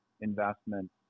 investment